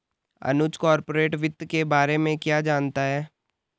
अनुज corporate वित्त के बारे में क्या जानता है?